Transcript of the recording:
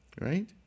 right